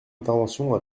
intervention